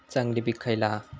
चांगली पीक खयला हा?